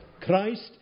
Christ